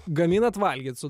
gaminat valgyt su